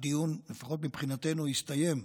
הדיון, לפחות מבחינתנו, הסתיים.